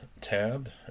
tab